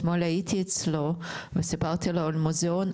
אתמול הייתי אצלו וסיפרתי לו על המוזיאון,